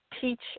teach